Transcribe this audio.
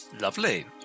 Lovely